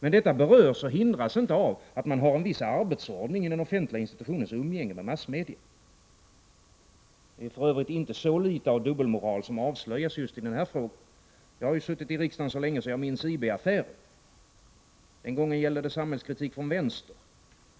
Men detta berörs och hindras inte av att man har en viss arbetsordning i den offentliga institutionens umgänge med massmedia. Det är för övrigt inte så litet av dubbelmoral som avslöjas i just den här frågan. Jag har ju suttit i riksdagen så länge att jag minns IB-affären. Den gången gällde det samhällskritik från vänster.